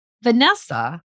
Vanessa